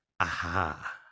aha